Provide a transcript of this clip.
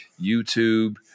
YouTube